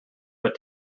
but